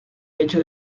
hecho